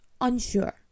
unsure